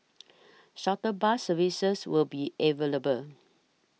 shuttle bus services will be available